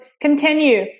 continue